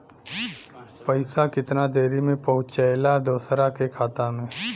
पैसा कितना देरी मे पहुंचयला दोसरा के खाता मे?